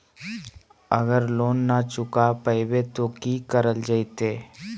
अगर लोन न चुका पैबे तो की करल जयते?